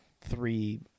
three